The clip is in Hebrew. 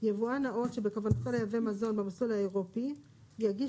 יבואן נאות שבכוונתו לייבא מזון במסלול האירופי יגיש